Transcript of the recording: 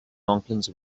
monklands